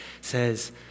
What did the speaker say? says